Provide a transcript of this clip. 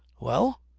well?